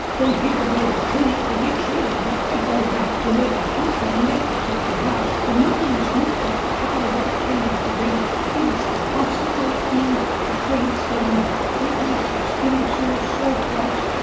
when people go to the clinic, they get treated, but they go back to where they come from and that particular house, so nothing is looked at how that can be prevented. kids are constantly in the clinics getting treatments for skin sores, sore throats,